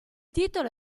titolo